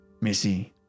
Missy